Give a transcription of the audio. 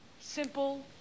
Simple